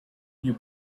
you